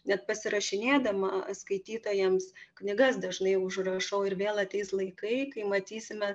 net pasirašinėdama skaitytojams knygas dažnai užrašau ir vėl ateis laikai kai matysime